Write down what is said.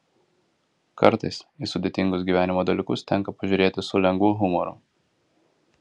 kartais į sudėtingus gyvenimo dalykus tenka pasižiūrėti su lengvu humoru